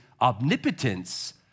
omnipotence